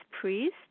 priest